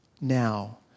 now